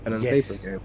Yes